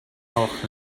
noch